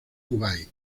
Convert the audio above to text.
kuwait